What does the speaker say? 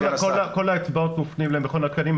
כל האצבעות מופנות למכון התקנים,